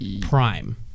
Prime